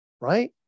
right